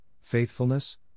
faithfulness